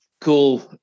cool